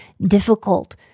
difficult